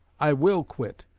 i will quit.